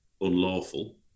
unlawful